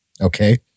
Okay